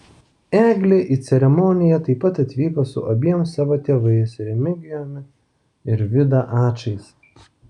eglė į ceremoniją taip pat atvyko su abiem savo tėvais remigijumi ir vida ačais